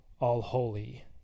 all-holy